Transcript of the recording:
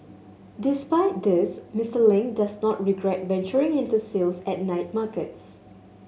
despite this Mister Ling does not regret venturing into sales at night markets